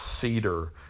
cedar